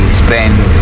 spend